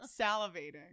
salivating